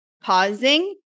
pausing